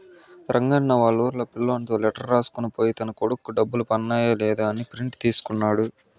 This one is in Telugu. రంగన్న వాళ్లూరి పిల్లోనితో లెటర్ రాసుకొని పోయి తన కొడుకు డబ్బులు పన్నాయ లేదా అని ప్రింట్ తీసుకున్నాడు